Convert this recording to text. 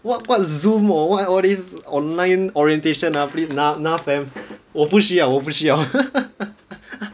what what Zoom or what all these online orientation ah please enough enough man 我不需要我不需要